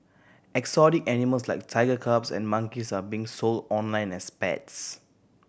exotic animals like tiger cubs and monkeys are being sold online as pets